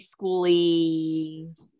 schooly